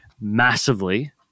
massively